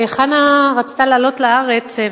חנה רצתה לעלות לארץ,